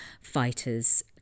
fighters